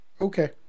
Okay